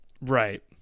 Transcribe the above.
Right